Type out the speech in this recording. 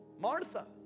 Martha